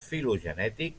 filogenètic